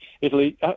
Italy